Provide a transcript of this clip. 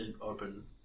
open